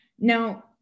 Now